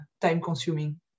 time-consuming